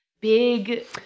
big